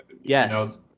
yes